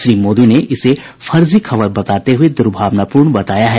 श्री मोदी ने इसे फर्जी खबर बताते हुए दुर्भावनापूर्ण बताया है